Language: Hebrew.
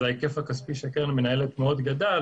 ההיקף הכספי שהקרן מנהלת מאוד גדול,